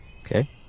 Okay